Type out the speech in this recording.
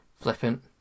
flippant